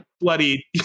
bloody